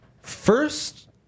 First